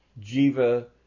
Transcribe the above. jiva